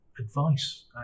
advice